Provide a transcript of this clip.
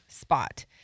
spot